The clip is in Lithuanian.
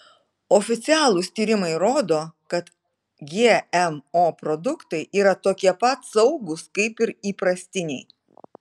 oficialūs tyrimai rodo kad gmo produktai yra tokie pat saugūs kaip ir įprastiniai